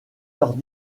leurs